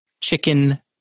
chicken